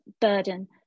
burden